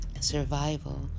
Survival